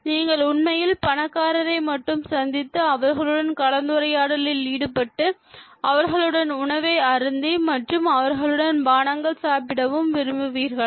நீங்கள் உண்மையில் பணக்காரரை மட்டும் சந்தித்து அவர்களுடன் கலந்துரையாடலில் ஈடுபட்டு அவர்களுடன் உணவை அருந்தி மற்றும் அவர்களுடன் பானங்கள் சாப்பிடவும் விரும்புவீர்களா